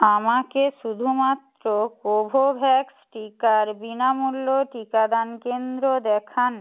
আমাকে শুধুমাত্র কোভোভ্যাক্স টিকার বিনামূল্য টিকাদান কেন্দ্র দেখান